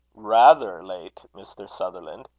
rather late, mr. sutherland?